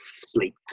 sleep